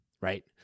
right